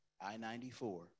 I-94